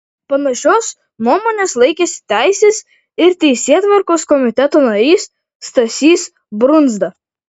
panašios nuomonės laikėsi teisės ir teisėtvarkos komiteto narys stasys brundza